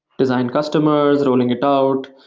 design customers, rolling it out.